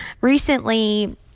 Recently